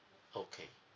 okay